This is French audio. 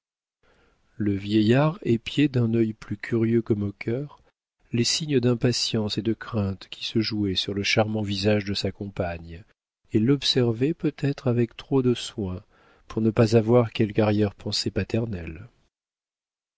le vieillard épiait d'un œil plus curieux que moqueur les signes d'impatience et de crainte qui se jouaient sur le charmant visage de sa compagne et l'observait peut-être avec trop de soin pour ne pas avoir quelque arrière-pensée paternelle